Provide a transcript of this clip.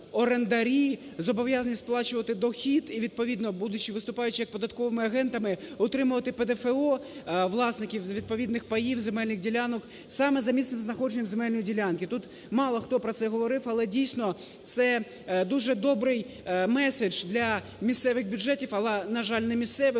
зобов'язані сплачувати дохід і відповідно, будучи, виступаючи, як податковими агентами, отримувати ПДФО власників відповідних паїв, земельних ділянок саме за місцем знаходження земельної ділянки. Тут мало, хто про це говорив, але дійсно це дуже добрий меседж для місцевих бюджетів, але, на жаль, не місцевих,